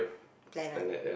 planet